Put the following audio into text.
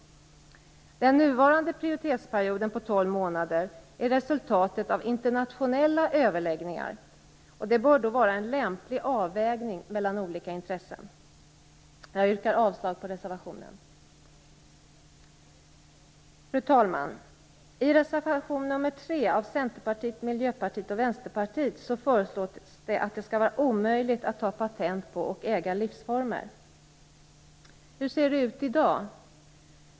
Den nuvarande prioritetsperioden på tolv månader är resultatet av internationella överläggningar. Det bör då vara en lämplig avvägning mellan olika intressen. Jag yrkar avslag på reservationen. Fru talman! I reservation nr 3 från Centerpartiet, Miljöpartiet och Vänsterpartiet föreslås det att det skall vara omöjligt att ta patent på och äga livsformer. Hur ser det ut i dag?